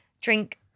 Drink